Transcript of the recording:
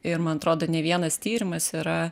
ir man atrodo ne vienas tyrimas yra